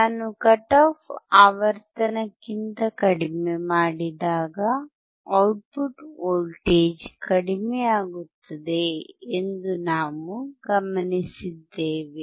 ನಾವು cut off ಆವರ್ತನಕ್ಕಿಂತ ಕಡಿಮೆ ಮಾಡಿದಾಗ ಔಟ್ಪುಟ್ ವೋಲ್ಟೇಜ್ ಕಡಿಮೆಯಾಗುತ್ತದೆ ಎಂದು ನಾವು ಗಮನಿಸಿದ್ದೇವೆ